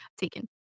taken